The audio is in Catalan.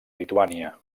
lituània